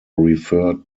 referred